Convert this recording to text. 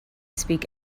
speak